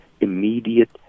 immediate